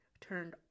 turned